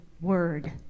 word